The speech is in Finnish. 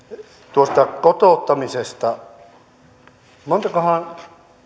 tuosta kotouttamisesta montakohan